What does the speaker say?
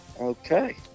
Okay